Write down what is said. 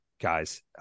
guys